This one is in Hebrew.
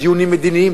דיונים מדיניים,